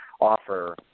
offer